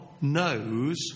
knows